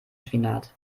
spinat